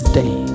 day